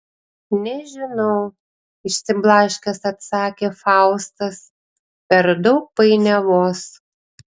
nežinau išsiblaškęs atsakė faustas per daug painiavos